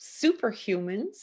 superhumans